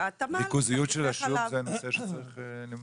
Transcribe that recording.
ריכוזיות של השוק זה הנושא שצריך למנוע.